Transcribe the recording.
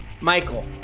Michael